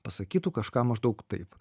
pasakytų kažką maždaug taip